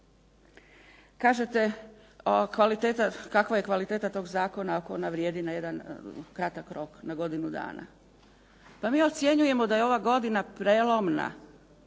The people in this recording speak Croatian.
Kažete kakva je kvaliteta tog zakona ako ona vrijedi na jedan kratak rok, na godinu dana? Pa mi ocjenjujemo da je ova godina prijelomna,